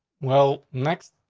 well, next,